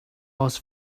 was